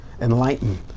enlighten